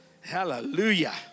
Hallelujah